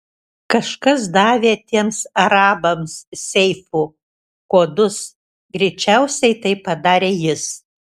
kažkas davė tiems arabams seifų kodus greičiausiai tai padarė jis